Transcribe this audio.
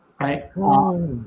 right